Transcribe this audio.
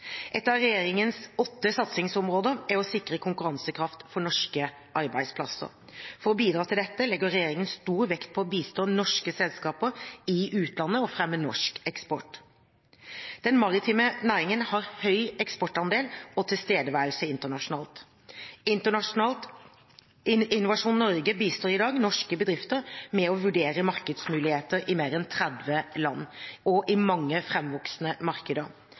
av regjeringens åtte satsingsområder er å sikre konkurransekraft for norske arbeidsplasser. For å bidra til dette legger regjeringen stor vekt på å bistå norske selskaper i utlandet og fremme norsk eksport. Den maritime næringen har høy eksportandel og tilstedeværelse internasjonalt. Innovasjon Norge bistår i dag norske bedrifter med å vurdere markedsmuligheter i mer enn 30 land, mange i framvoksende markeder.